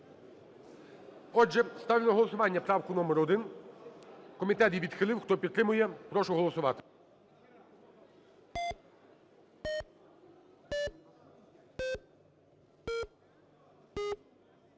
Отже, ставлю на голосування правку номер 1. Комітет її відхилив. Хто підтримує, прошу голосувати.